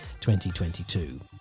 2022